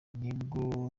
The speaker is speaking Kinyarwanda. nibwo